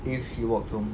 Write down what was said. if she walks home